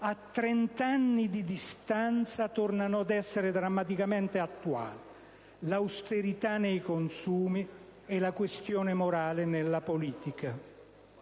a 30 anni di distanza, tornano ad essere drammaticamente attuali: l'austerità nei consumi e la questione morale nella politica.